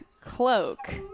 cloak